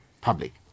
public